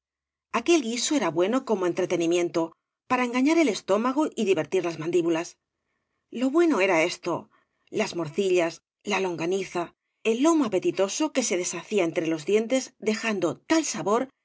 aquel guiso era bueno como entretenimiento para engañar ei estómago y divertir las mandíbulas lo bueno era esto las mor iilla la longaniza ei lomo apetitoso que se des hacía entre los dientes dejando tal sabor